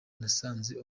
nasanze